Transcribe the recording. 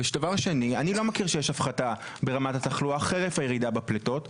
דבר שני אני לא מכיר שיש הפחתה ברמת התחלואה חרף הירידה בפליטות,